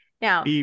Now